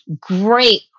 Great